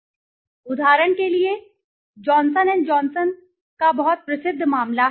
देखें मैं एक उदाहरण दूंगा जॉनसन एंड जॉनसन का बहुत प्रसिद्ध मामला